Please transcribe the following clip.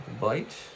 bite